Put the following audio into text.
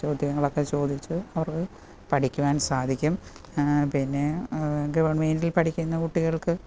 ചോദ്യങ്ങളൊക്കെ ചോദിച്ച് അവർക്ക് പഠിക്കുവാൻ സാധിക്കും പിന്നെ ഗവൺമെൻ്റിൽ പഠിക്കുന്ന കുട്ടികൾക്ക്